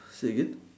say again